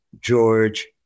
George